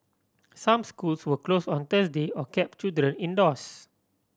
some schools were close on Thursday or kept children indoors